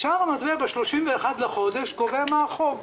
שער המטבע ב-31 בחודש קובע מה החוב.